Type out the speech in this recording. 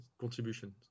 contributions